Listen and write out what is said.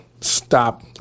stop